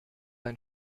ein